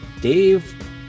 dave